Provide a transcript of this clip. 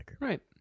right